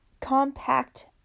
compact